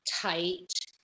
tight